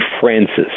Francis